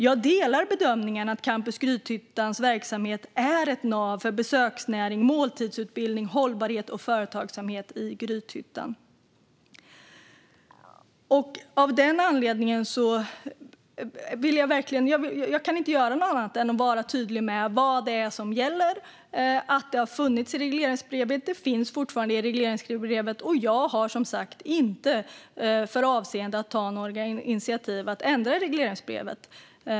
Jag delar bedömningen att Campus Grythyttans verksamhet är ett nav för besöksnäring, måltidsutbildning, hållbarhet och företagsamhet i Grythyttan. Av den anledningen kan jag inte göra annat än att vara tydlig med vad det är som gäller och att det har funnits och fortfarande finns i regleringsbrevet. Jag har som sagt inte för avsikt att ta några initiativ till att ändra regleringsbrevet.